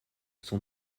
son